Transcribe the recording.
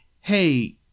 hey